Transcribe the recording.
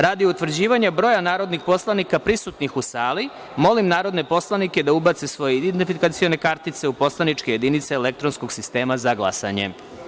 Radi utvrđivanja broja narodnih poslanika prisutnih u sali, molim narodne poslanike da ubace svoje identifikacione kartice u poslaničke jedinice elektronskog sistema za glasanje.